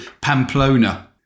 Pamplona